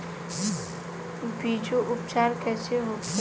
बीजो उपचार कईसे होखे?